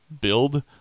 build